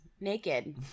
naked